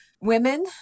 women